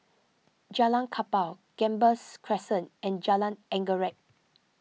Jalan Kapal Gambas Crescent and Jalan Anggerek